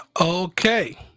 Okay